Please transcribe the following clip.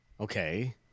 Okay